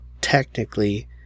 technically